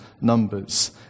numbers